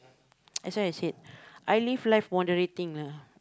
that's why I said I live life moderating lah